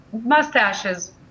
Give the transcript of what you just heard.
mustaches